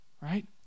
Right